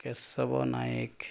Keshab Nayak